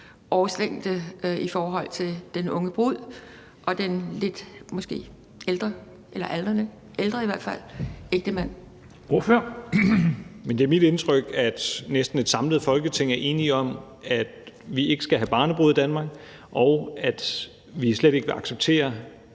Kristensen): Ordføreren. Kl. 12:48 Rasmus Stoklund (S): Men det er mit indtryk, at næsten et samlet Folketing er enig om, at vi ikke skal have barnebrude i Danmark, og at vi slet ikke vil acceptere,